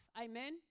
Amen